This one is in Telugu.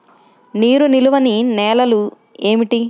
నీరు నిలువని నేలలు ఏమిటి?